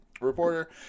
reporter